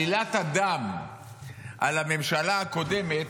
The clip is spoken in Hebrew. עלילת הדם על הממשלה הקודמת,